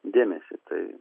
dėmesį tai